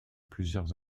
plusieurs